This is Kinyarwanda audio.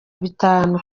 bitanu